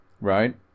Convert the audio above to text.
right